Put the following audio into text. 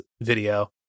video